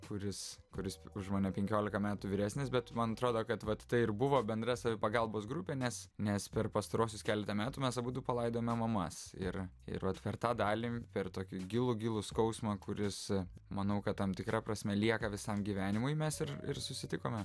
kuris kuris už mane penkiolika metų vyresnis bet man atrodo kad vat tai ir buvo bendra savipagalbos grupė nes nes per pastaruosius keletą metų mes abudu palaidojome mamas ir ir vat per tą dalį per tokį gilų gilų skausmą kuris manau kad tam tikra prasme lieka visam gyvenimui mes ir ir susitikome